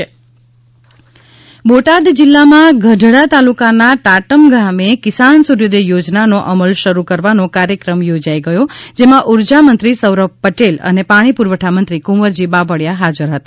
કિસાન સૂર્યોદય યોજના ગુજરાત બોટાદ જિલ્લામાં ગઢડા તાલુકાના ટાટમ ગામે કિસાન સૂર્યોદય યોજનાનો અમલ શરૂ કરવાનો કાર્યક્રમ યોજાઈ ગયો જેમાં ઉર્જામંત્રી સૌરભ પટેલ અને પાણી પુરવઠા મંત્રી કુંવરજી બાવળીયા હાજર હતા